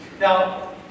Now